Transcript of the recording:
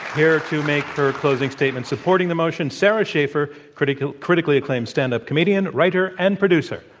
here to make her closing statement supporting the motion, sara schaefer, critically critically acclaimed standup comedian, writer, and producer.